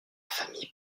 famille